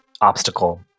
obstacle